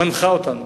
מנחה אותנו.